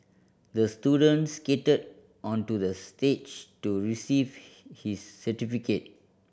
the student skated onto the stage to receive his certificate